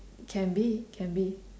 can be can be